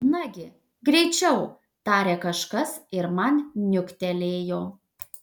nagi greičiau tarė kažkas ir man niuktelėjo